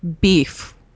beef